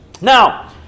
Now